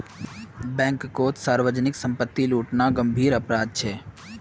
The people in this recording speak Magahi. बैंककोत सार्वजनीक संपत्ति लूटना गंभीर अपराध छे